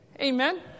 Amen